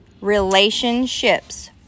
relationships